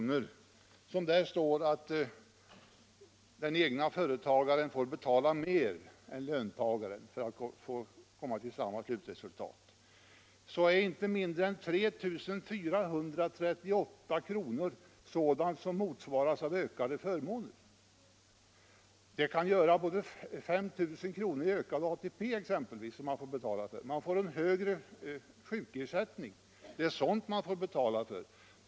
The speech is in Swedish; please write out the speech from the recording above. som det där står att egenföretagaren får betala mer än den anställdes arbetsgivare motsvaras inte mindre än 3438 kr. av ökade förmåner. Det kan t.ex. göra 5 000 kr. i ökad ATP, man får en högre sjukersättning. Det är sådant man får betala för.